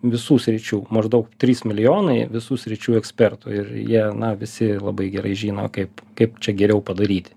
visų sričių maždaug trys milijonai visų sričių ekspertų ir jie na visi labai gerai žino kaip kaip čia geriau padaryti